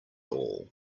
all